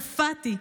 קפאתי.